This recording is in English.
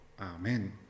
Amen